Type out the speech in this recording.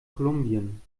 kolumbien